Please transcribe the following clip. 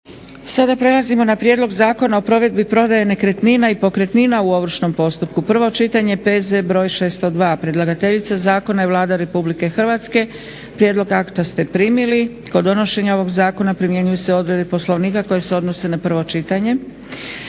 Sada prelazimo na: - Prijedlog Zakona o provedbi prodaje nekretnina i pokretnina u ovršnom postupku, prvo čitanje, P.Z. br. 602; Predlagateljica Zakona je Vlada Republike Hrvatske. Prijedlog akta ste primili. Kod donošenja ovoga Zakona primjenjuju se odredbe Poslovnika koje se odnose na prvo čitanje.